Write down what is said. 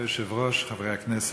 כבוד היושב-ראש, חברי הכנסת,